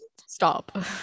Stop